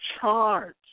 charge